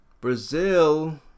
Brazil